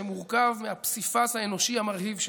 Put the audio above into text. שמורכב מהפסיפס האנושי המרהיב שלנו,